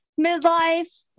midlife